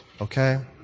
Okay